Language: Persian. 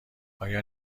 آیا